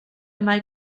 mae